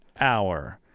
hour